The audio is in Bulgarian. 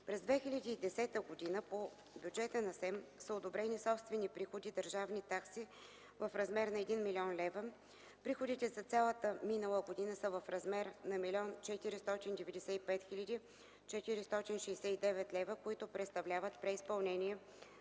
За 2010 г. по бюджета на СЕМ са одобрени собствени приходи –държавни такси в размер на 1 000 000 лв., приходите за цялата минала година са в размер на 1 495 469 лв., което представлява преизпълнение